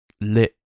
lit